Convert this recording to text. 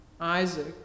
Isaac